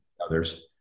others